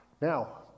Now